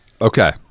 Okay